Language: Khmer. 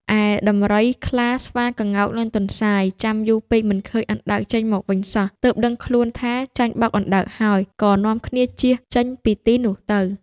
ឯដំរី ខ្លា ស្វា ក្ងោក និងទន្សាយ ចាំយូរពេកមិនឃើញអណ្ដើកចេញមកវិញសោះ ទើបដឹងខ្លួនថាចាញ់បោកអណ្ដើកហើយ ក៏នាំគ្នាជៀសចេញពីទីនោះទៅ។